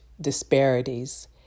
disparities